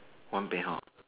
one